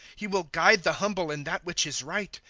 he will guide the humble in that which is right.